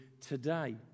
today